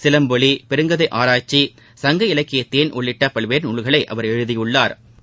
சிலம்பொலி பெருங்கதை ஆராய்ச்சி சங்க இலக்கிய தேன் உள்ளிட்ட பல்வேறு நூல்களை அவர் எழுதியுள்ளா்